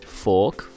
fork